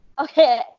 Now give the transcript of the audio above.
Okay